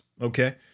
okay